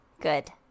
Good